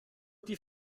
die